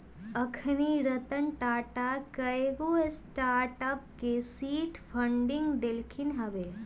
अखनी रतन टाटा कयगो स्टार्टअप के सीड फंडिंग देलखिन्ह हबे